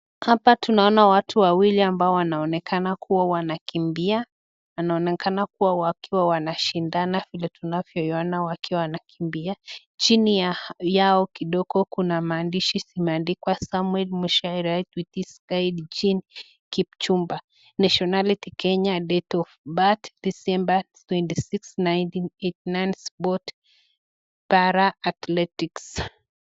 Hapa tunaona watu wawili ambao wanaonekana kuwa wanakimbia. Anaonekana kuwa wakiwa wanashindana vile tunavyoona wakiwa wanakimbia. Chini yao kidogo kuna maandishi yameandikwa: Samuel Mushai ran with his guide , Jean Kipchumba, Nationality Kenya, Date of birth December 26, 1989, Sport Para-athletics .